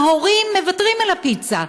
ההורים מוותרים על הפיצה,